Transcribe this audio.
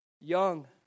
Young